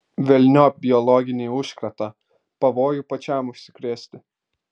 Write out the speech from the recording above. velniop biologinį užkratą pavojų pačiam užsikrėsti